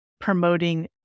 promoting